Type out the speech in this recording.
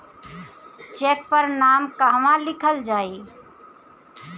Check पर नाम कहवा लिखल जाइ?